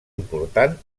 important